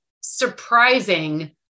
surprising